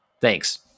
Thanks